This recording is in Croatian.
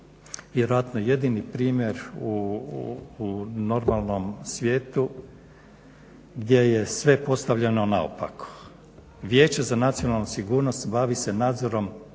vjerojatno jedini primjer u normalnom svijetu gdje je sve postavljeno naopako. Vijeće za nacionalnu sigurnost bavi se nadzorom,